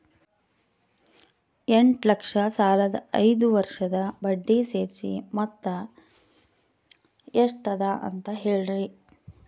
ಎಂಟ ಲಕ್ಷ ಸಾಲದ ಐದು ವರ್ಷದ ಬಡ್ಡಿ ಸೇರಿಸಿ ಮೊತ್ತ ಎಷ್ಟ ಅದ ಅಂತ ಹೇಳರಿ?